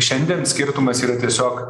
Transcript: šiandien skirtumas yra tiesiog